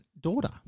daughter